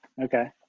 Okay